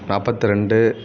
நாப்பத்திரெண்டு